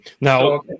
Now